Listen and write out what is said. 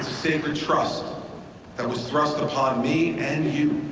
sacred trust that was thrust upon me and you